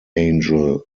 angel